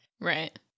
Right